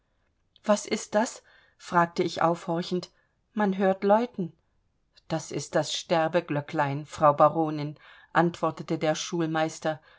was ist das fragte ich aufhorchend man hört läuten das ist das sterbeglöcklein frau baronin antwortete der schulmeister